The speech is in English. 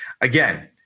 again